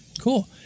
Cool